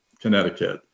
Connecticut